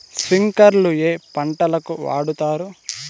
స్ప్రింక్లర్లు ఏ పంటలకు వాడుతారు?